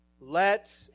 Let